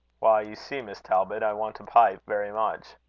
why, you see, miss talbot, i want a pipe very much.